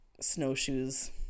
snowshoes